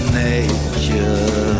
nature